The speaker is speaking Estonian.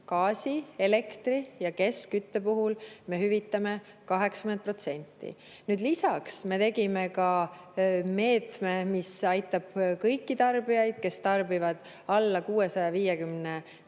gaasi, elektri ja keskkütte puhul me hüvitame 80%. Lisaks me tegime meetme, mis aitab kõiki tarbijaid, kes tarbivad alla 650